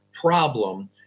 problem